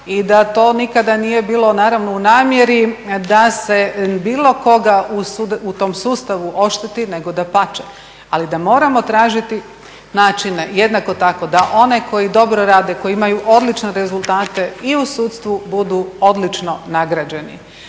i da to nikada nije bilo naravno u namjeri da se bilo koga u tom sustavu ošteti, nego dapače, ali da moramo tražiti načina jednako tako da onaj koji dobro radi, koji imaju odlične rezultate i u sudstvu budu odlično nagrađeni,